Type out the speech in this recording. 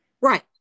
Right